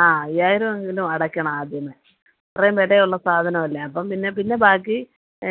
ആ അയ്യായിരം എങ്കിലും അടയ്ക്കണം ആദ്യമേ അത്രയും വില ഉള്ള സാധനം അല്ലേ അപ്പം പിന്നെ പിന്നെ ബാക്കി